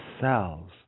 cells